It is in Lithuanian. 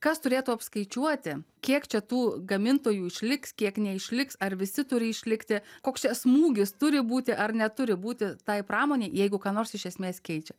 kas turėtų apskaičiuoti kiek čia tų gamintojų išliks kiek neišliks ar visi turi išlikti koks čia smūgis turi būti ar neturi būti tai pramonei jeigu ką nors iš esmės keičia